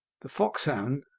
the foxhound,